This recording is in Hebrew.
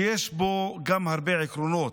שיש בו גם הרבה עקרונות.